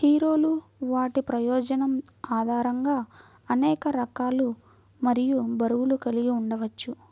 హీరోలు వాటి ప్రయోజనం ఆధారంగా అనేక రకాలు మరియు బరువులు కలిగి ఉండవచ్చు